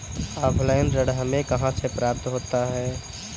Offline ऋण हमें कहां से प्राप्त होता है?